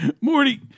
Morty